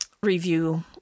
review